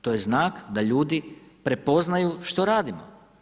To je znak da ljudi prepoznaju što radimo.